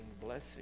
Blessing